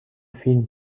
فیلم